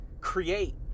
create